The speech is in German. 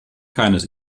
keines